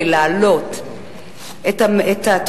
של חבר הכנסת חיים אורון.